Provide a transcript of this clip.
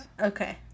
Okay